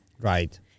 Right